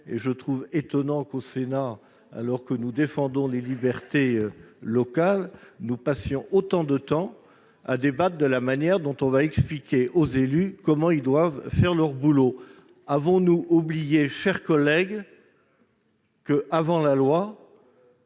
! Je trouve étonnant qu'au Sénat, alors que nous défendons les libertés locales, nous passions autant de temps à débattre de la manière dont les élus doivent faire leur boulot ! Avons-nous oublié, mes chers collègues, qu'avant la loi